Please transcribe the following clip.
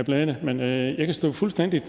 et blad. Men jeg står fuldstændig